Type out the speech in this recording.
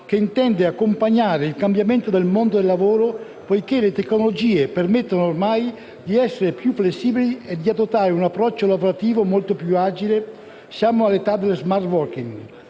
che intende accompagnare il cambiamento del mondo del lavoro, poiché le tecnologie permettono ormai di essere più flessibili e di adottare un approccio lavorativo molto più agile. Siamo nell'età dello *smart working*,